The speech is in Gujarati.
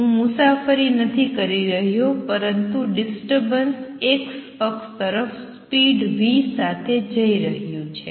હું મુસાફરી નથી કરી રહ્યો પરંતુ ડિસ્ટર્બન્સ x અક્ષ તરફ સ્પીડ v સાથે જઈ રહ્યું છે